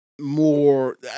more